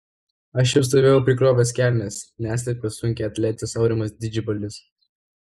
aš jau stovėjau prikrovęs kelnes neslepia sunkiaatletis aurimas didžbalis